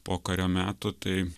pokario metų tai